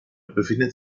befindet